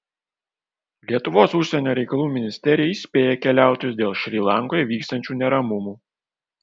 lietuvos užsienio reikalų ministerija įspėja keliautojus dėl šri lankoje vykstančių neramumų